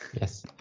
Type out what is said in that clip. Yes